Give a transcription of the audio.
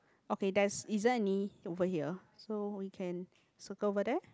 okay there's isn't any over here so we can circle over there